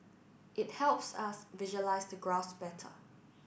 it helps us visualize the graphs better